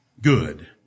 Good